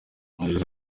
gereza